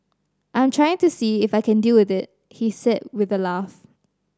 I'm trying to see if I can deal with it he said with a laugh